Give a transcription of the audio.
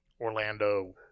Orlando